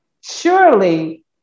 surely